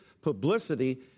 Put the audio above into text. publicity